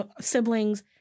siblings